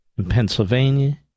Pennsylvania